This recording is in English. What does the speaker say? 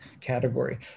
category